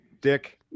Dick